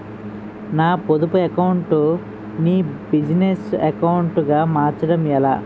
నా పొదుపు అకౌంట్ నీ బిజినెస్ అకౌంట్ గా మార్చడం ఎలా?